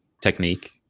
technique